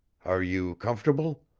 are you comfortable?